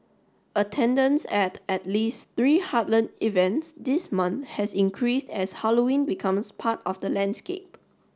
attendance at at least three heartland events this month has increased as Halloween becomes part of the landscape